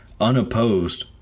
unopposed